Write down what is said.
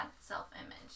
self-image